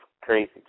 crazy